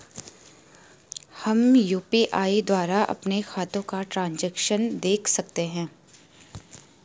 हम यु.पी.आई द्वारा अपने खातों का ट्रैन्ज़ैक्शन देख सकते हैं?